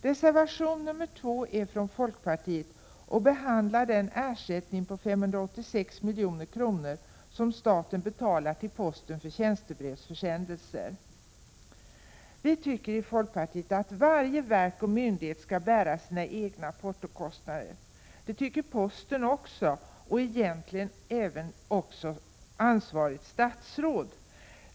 Reservation nr 2 är från folkpartiet och behandlar den ersättning på 586 milj.kr. som staten betalar till posten för tjänstebrevsförsändelser. Vi tycker i folkpartiet att varje verk och myndighet skall bära sina egna portokostnader. Det tycker posten också och egentligen även ansvarigt statsråd.